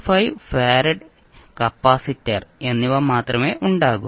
5 farad capacitor എന്നിവ മാത്രമേ ഉണ്ടാകൂ